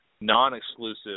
non-exclusive